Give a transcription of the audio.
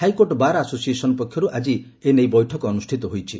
high court bar association ପକ୍ଷର୍ ଆଜି ବୈଠକ ଅନୁଷ୍ଟିତ ହୋଇଛି